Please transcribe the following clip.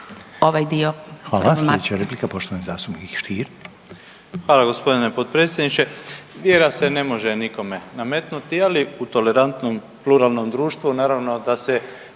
Hvala lijepo. Slijedeća replika, poštovani zastupnik Stier. **Stier, Davor Ivo (HDZ)** Hvala gospodine potpredsjedniče. Vjera se ne može nikome nametnuti, ali u tolerantnom pluralnom društvu naravno da se